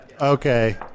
okay